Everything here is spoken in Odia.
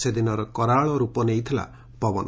ସେଦିନ କରାଳ ରୂପ ନେଇଥିଲା ପବନ